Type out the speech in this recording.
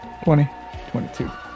2022